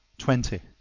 twenty.